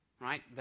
Right